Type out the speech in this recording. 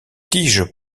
tiges